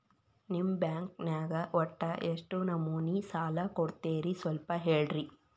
ನಿಮ್ಮ ಬ್ಯಾಂಕ್ ನ್ಯಾಗ ಒಟ್ಟ ಎಷ್ಟು ನಮೂನಿ ಸಾಲ ಕೊಡ್ತೇರಿ ಸ್ವಲ್ಪ ಹೇಳ್ರಿ